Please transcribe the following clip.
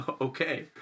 okay